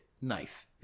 knife